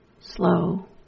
slow